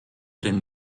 den